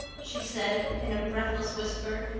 she said, in a breathless whisper,